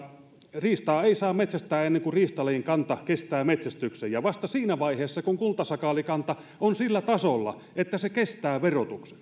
riistaa ei saa metsästää ennen kuin riistalajin kanta kestää metsästyksen vasta siinä vaiheessa kun kultasakaalikanta on sillä tasolla että se kestää verotuksen